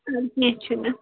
وَلہٕ کیٚنہہ چھُنہٕ